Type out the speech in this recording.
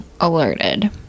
alerted